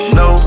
no